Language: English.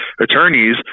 attorneys